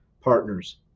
partners